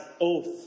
oath